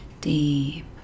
Deep